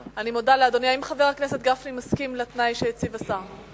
האם חבר הכנסת גפני מסכים לתנאי שהציב השר?